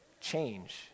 change